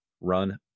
run